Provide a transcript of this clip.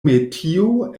metio